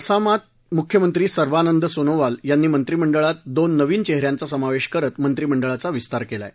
आसामात मुख्यमंत्री सर्बानंद सोनोवाल यांनी मंत्रिमंडळात दोन नविन चेहऱ्यांचा समावेश करत मंत्रिमंडळाचा विस्तार केला आहे